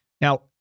Now